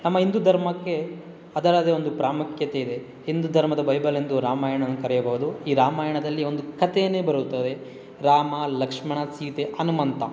ನಮ್ಮ ಹಿಂದೂ ಧರ್ಮಕ್ಕೆ ಅದರದೇ ಒಂದು ಪ್ರಾಮುಖ್ಯತೆ ಇದೆ ಹಿಂದೂ ಧರ್ಮದ ಬೈಬಲ್ ಎಂದು ರಾಮಾಯಣವನ್ನು ಕರೆಯಬಹುದು ಈ ರಾಮಾಯಣದಲ್ಲಿ ಒಂದು ಕಥೆನೇ ಬರುತ್ತದೆ ರಾಮ ಲಕ್ಷ್ಮಣ ಸೀತೆ ಹನುಮಂತ